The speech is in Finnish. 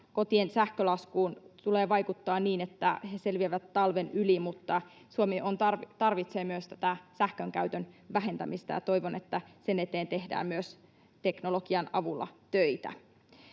Kotien sähkölaskuun tulee vaikuttaa niin, että ne selviävät talven yli, mutta Suomi tarvitsee myös tätä sähkön käytön vähentämistä, ja toivon, että sen eteen tehdään myös teknologian avulla töitä.